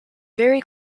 very